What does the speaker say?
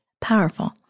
powerful